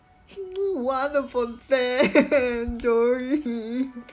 she knew what important jewelry